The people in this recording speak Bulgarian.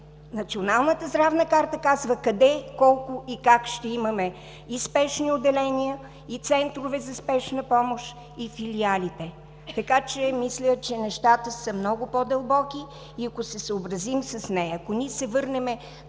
Националната здравна карта казва къде, колко и как ще имаме спешни отделения, центрове за спешна помощ и филиали. Мисля, че нещата са много по-дълбоки. Ако се съобразим с нея, ако се върнем